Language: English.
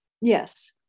Yes